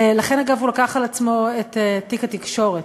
לכן אגב הוא לקח על עצמו את תיק התקשורת.